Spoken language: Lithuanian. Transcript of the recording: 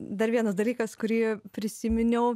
dar vienas dalykas kurį prisiminiau